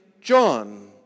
John